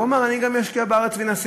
והוא אמר: אני אשקיע גם בארץ ואנסה.